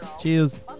cheers